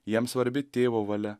jam svarbi tėvo valia